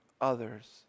others